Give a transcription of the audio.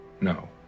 No